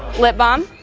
lip balm,